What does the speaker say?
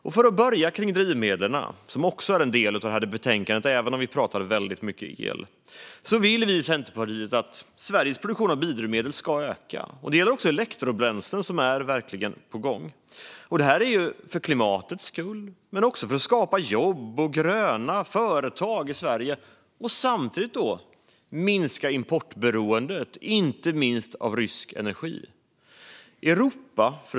Jag börjar med drivmedlen, som också är en del i betänkandet även om vi pratar väldigt mycket om elen. Centerpartiet vill att Sveriges produktion av biodrivmedel ska öka. Det gäller också elektrobränslen, som verkligen är på gång. Det är för klimatets skull men också för att skapa jobb och gröna företag i Sverige och samtidigt minska importberoendet, inte minst av rysk energi. Fru talman!